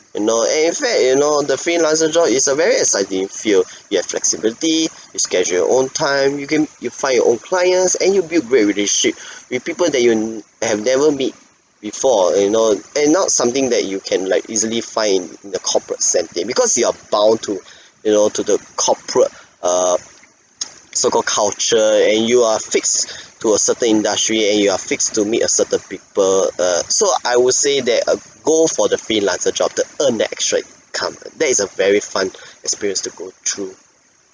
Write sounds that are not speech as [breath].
you know and in fact you know the freelancer job is a very exciting field [breath] you have flexibility [breath] you schedule your own time you can you find your clients and build great relationship [breath] with people that you have never meet before you know and not something that you can like easily find in the corporate setting because you are bound to [breath] you know to the corporate [breath] uh [noise] so called culture and you are fixed [breath] to a certain industry and you are fixed to meet a certain people uh so I would say that uh go for the freelancer job to earn that extra income that is a very fun [breath] experience to go through [coughs]